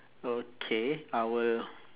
okay I will